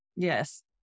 Yes